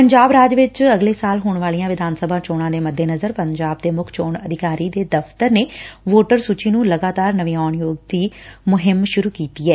ਪੰਜਾਬ ਰਾਜ ਵਿਚ ਅਗਲੇ ਸਾਲ ਹੋਣ ਵਾਲੀਆਂ ਵਿਧਾਨ ਸਭਾ ਚੋਣਾ ਦੇ ਮੱਦੇਨਜ਼ਰ ਪੰਜਾਬ ਦੇ ਮੁੱਖ ਚੋਣ ਅਧਿਕਾਰੀ ਦੇ ਦਫ਼ਤਰ ਨੇ ਵੋਟਰ ਸੁਚੀ ਨੂੰ ਲਗਾਤਾਰ ਨਵਿਆਉਣ ਦੀ ਮੁਹਿੰਮ ਸੁਰੂ ਕੀਤੀ ਐ